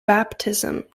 baptism